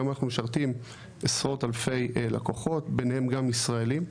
היום אנחנו משרתים עשרות אלפי לקוחות ביניהם גם ישראלים.